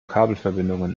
kabelverbindungen